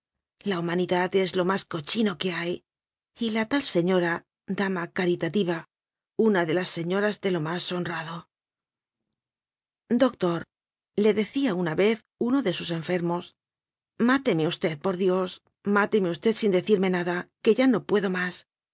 la humanidad es lo más cochino que hay y la tal señora dama caritativa una de las señoras de lo más honrado doctorle decía una vez uno de sus en fermosmáteme usted por dios máteme usted sin decirme nada que ya no puedo más